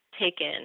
taken